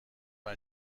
اون